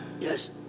Yes